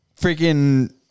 freaking